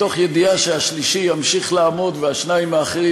מתוך ידיעה שהשלישי ימשיך לעמוד והשניים האחרים,